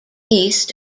east